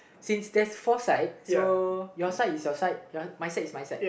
since there's four sides so your side is your side my side is my side